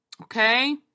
Okay